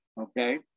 Okay